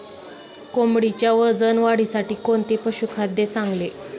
कोंबडीच्या वजन वाढीसाठी कोणते पशुखाद्य चांगले?